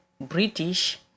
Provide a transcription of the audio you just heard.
British